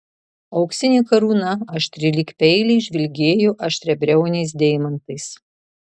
auksinė karūna aštri lyg peiliai žvilgėjo aštriabriauniais deimantais